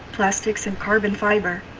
plastics, and carbon fiber.